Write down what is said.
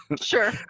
Sure